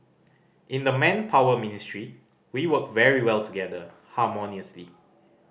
in the Manpower Ministry we work very well together harmoniously